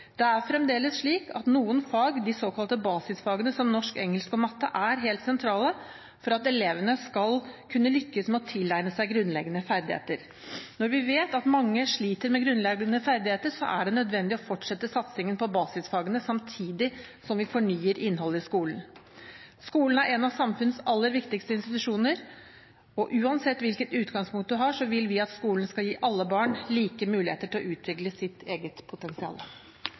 Det er fremdeles slik at noen fag, de såkalte basisfagene, som norsk, engelsk og matematikk, er helt sentrale for at elevene skal kunne lykkes med å tilegne seg grunnleggende ferdigheter. Når vi vet at mange sliter med grunnleggende ferdigheter, er det nødvendig å fortsette satsingen på basisfagene samtidig som vi fornyer innholdet i skolen. Skolen er en av samfunnets aller viktigste institusjoner. Uansett hvilket utgangspunkt man har, vil vi at skolen skal gi alle barn like muligheter til å utvikle sitt potensial.